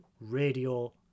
radio